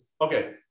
Okay